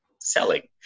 selling